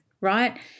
right